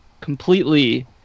completely